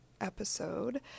episode